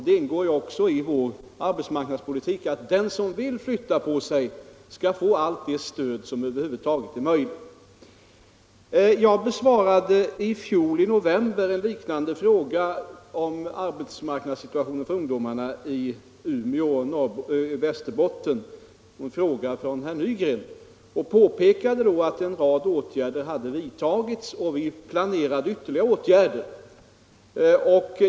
Det ingår också i vår arbetsmarknadspolitik att den som vill flytta på sig skall få allt det stöd som över huvud taget är möjligt. Jag besvarade i november i fjol en liknande fråga från herr Nygren om arbetsmarknadssituationen för ungdomarna i t.ex. Umeå i Västerbotten och påpekade då att en rad åtgärder hade vidtagits och att vi planerade ytterligare åtgärder.